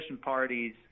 parties